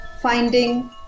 finding